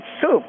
soup